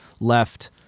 left